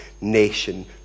nation